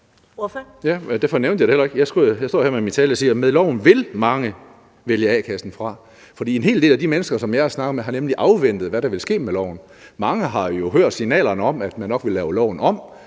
Med loven vil mange vælge a-kassen fra. For en hel del af de mennesker, som jeg har snakket med, har nemlig afventet, hvad der ville ske med loven. Mange har jo hørt signalerne om, at man nok ville lave loven om,